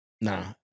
Nah